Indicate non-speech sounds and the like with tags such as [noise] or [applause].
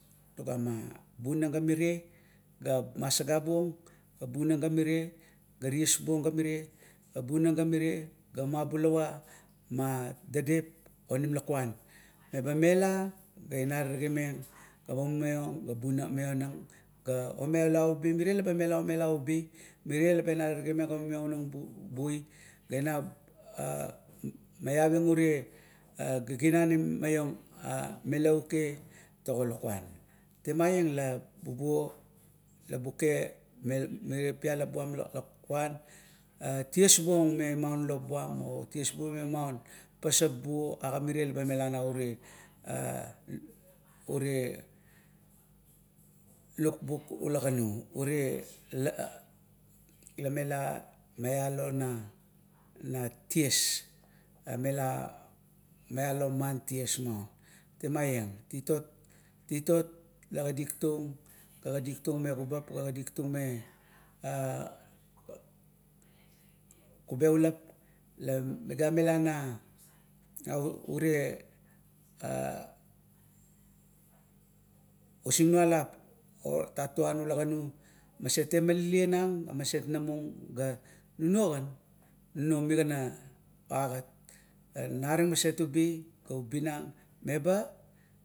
Tugama bunang ga mire ga masagabuong ga bunang ga mire ga ties buong ga mire, ga bunang ga mire ga mabulava ma dadap onim lakuan meba mela ga ina terigimeng ga mumaion ga bunang, maionang ga omela ubi, mire la ba mela omela ubi mire la ba ina terigimeng ga mumaiong maionang bui, ga ina [hesitation] maiaving ure giginanim, maiong melau ke to lakuan. Na rung la bubuo la buke me miro pialap buam to lakuan, ties buong memau lop buam oties buong memau pasap buo agamire labanmela nau ure, [hesitation] ure lukbuk ula ganu. Ure la mela maialo na ties, la mela maialo man ties maun, temaieng. Titot, titot la kadiktung la kadiktung me kubap, kadiktung me [hesitation] kubeulap la megamela na, na ure a usingualip otatuan ula ganu, maset, temamalian nang ga maset namung, nanuogan migana oagat. Naring maset ubi ga ubinang ga